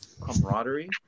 camaraderie